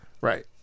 Right